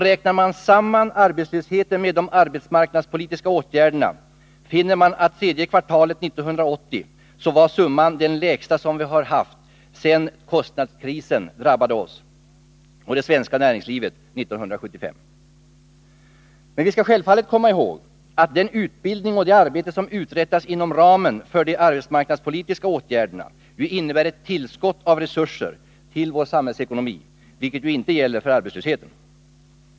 Räknar man samman arbetslösheten med de arbetsmarknadspolitiska åtgärderna finner man att tredje kvartalet 1980 var summan den lägsta som vi haft sedan kostnadskrisen drabbade det svenska näringslivet 1975. Men vi skall självfallet komma ihåg att den utbildning och det arbete som uträttas inom ramen för de arbetsmarknadspolitiska åtgärderna ju innebär tillskott av resurser till vår samhällsekonomi, något som inte gäller för arbetslösheten.